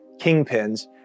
kingpins